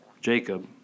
Jacob